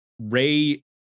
Ray